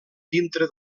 dintre